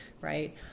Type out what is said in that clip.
right